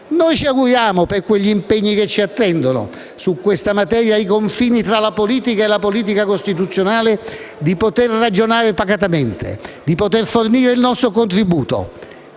Noi ci auguriamo, per quegli impegni che ci attendono su questa materia ai confini tra la politica e la politica costituzionale, di poter ragionare pacatamente e di poter fornire il nostro contributo,